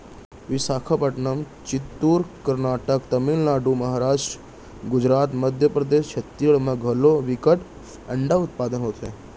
बिसाखापटनम, चित्तूर, करनाटक, तमिलनाडु, महारास्ट, गुजरात, मध्य परदेस, छत्तीसगढ़ म घलौ बिकट अंडा उत्पादन होथे